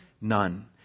none